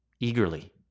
eagerly